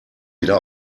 wieder